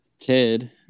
Ted